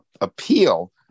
appeal